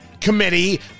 committee